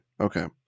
Okay